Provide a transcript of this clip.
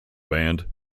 band